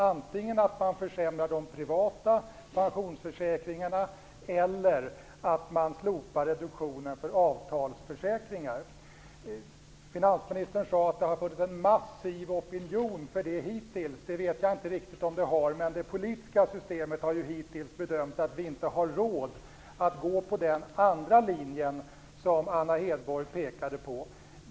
Antingen får man försämra de privata pensionsförsäkringarna, eller så får man slopa reduktionerna för avtalsförsäkringar. Finansministern sade att det hittills har funnits en massiv opinion för det. Jag vet inte riktigt om det stämmer, men det politiska systemet har hittills gjort bedömningen att vi inte har råd att gå på den andra linjen som Anna Hedborg pekade på.